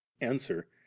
Answer